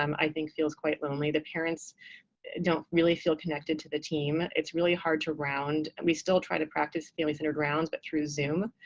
um i think, feels quite lonely. the parents don't really feel connected to the team. it's really hard to round. we still try to practice family-centered rounds, but through zoom.